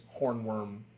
hornworm